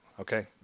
Okay